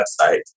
website